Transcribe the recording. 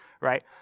right